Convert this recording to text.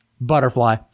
Butterfly